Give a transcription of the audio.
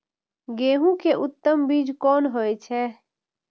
गेंहू के उत्तम बीज कोन होय छे?